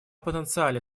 потенциале